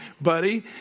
buddy